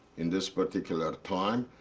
in this particular time,